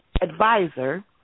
advisor